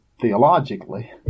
theologically